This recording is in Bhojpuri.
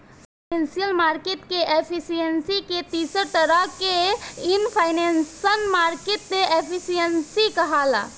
फाइनेंशियल मार्केट के एफिशिएंसी के तीसर तरह के इनफॉरमेशनल मार्केट एफिशिएंसी कहाला